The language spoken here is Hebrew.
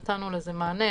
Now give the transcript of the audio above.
אנחנו נתנו לזה מענה,